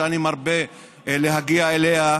שאני מרבה להגיע אליה,